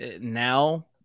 Now